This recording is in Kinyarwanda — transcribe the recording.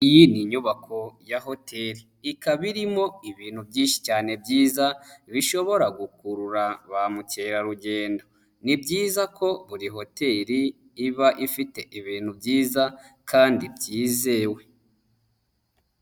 Iyi ni inyubako ya hoteli, ikaba irimo ibintu byinshi cyane byiza bishobora gukurura ba mukerarugendo. Ni byiza ko buri hoteri iba ifite ibintu byiza kandi yizewe.